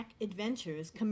Adventures